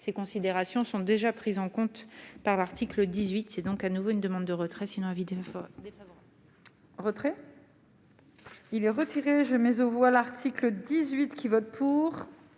ces considérations sont déjà prises en compte par l'article 18 s'est donc à nouveau une demande de retrait sinon avis du. Retrait.